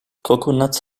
coconuts